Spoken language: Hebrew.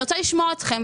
אני רוצה לשמוע אתכם,